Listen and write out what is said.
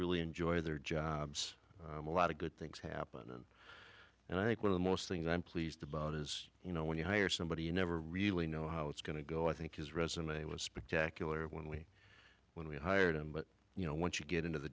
really enjoy their jobs a lot of good things happen and and i think one of the most things i'm pleased about is you know when you hire somebody you never really know how it's going to go i think his resume was spectacular when we when we hired him but you know once you get into the